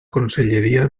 conselleria